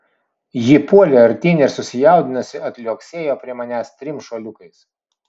ji puolė artyn ir susijaudinusi atliuoksėjo prie manęs trim šuoliukais